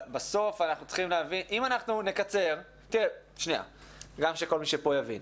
אבל בסוף אנחנו צריכים להבין אסביר כדי שכל מי שפה יבין.